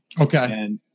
Okay